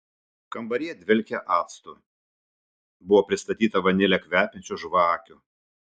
kambaryje dvelkė actu buvo pristatyta vanile kvepiančių žvakių